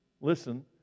listen